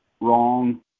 Wrong